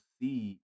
see